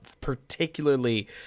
particularly